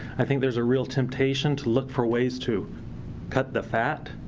i think there's a real temptation to look for ways to cut the fat.